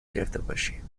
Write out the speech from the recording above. گرفتهباشیم